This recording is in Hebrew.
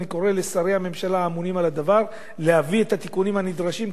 אני קורא לשרי הממשלה האמונים על הדבר להביא את התיקונים הנדרשים,